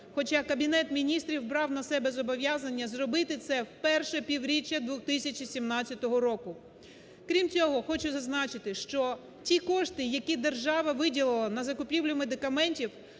хоча Кабінет Міністрів брав на себе зобов'язання зробити це в перше півріччя 2017 року. Крім цього, хочу зазначити, що ті кошти, які держава виділила на закупівлю медикаментів